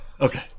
Okay